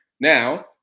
now